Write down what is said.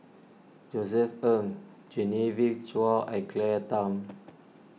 Josef Ng Genevieve Chua and Claire Tham